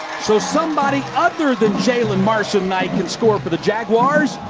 so somebody other than jaylen marson-knight can score for the jaguars.